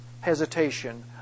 hesitation